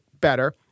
better